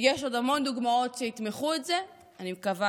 יש עוד המון דוגמאות שיתמכו בזה, ואני מקווה